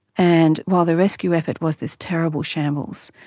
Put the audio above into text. and while the rescue effort was this terrible shambles,